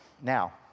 Now